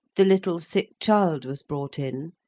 the little sick child was brought in,